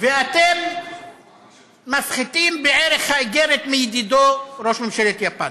ואתם מפחיתים בערך האיגרת מידידו ראש ממשלת יפן.